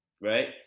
right